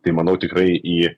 tai manau tikrai ji